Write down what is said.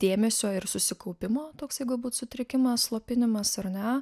dėmesio ir susikaupimo toksai galbūt sutrikimas slopinimas ar ne